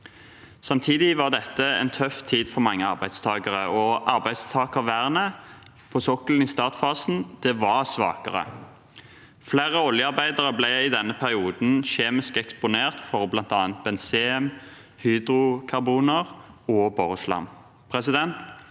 Samtidig var dette en tøff tid for mange arbeidstakere, og arbeidstakervernet på sokkelen i startfasen var svakere. Flere oljearbeidere ble i denne perioden kjemisk eksponert, for bl.a. benzen, hydrokarboner og boreslam.